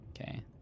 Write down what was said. Okay